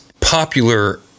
popular